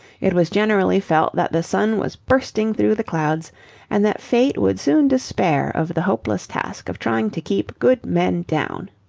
it was generally felt that the sun was bursting through the clouds and that fate would soon despair of the hopeless task of trying to keep good men down.